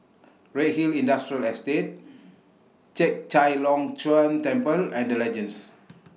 Redhill Industrial Estate Chek Chai Long Chuen Temple and The Legends